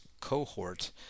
cohort